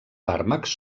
fàrmacs